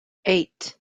eight